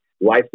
life